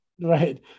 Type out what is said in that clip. right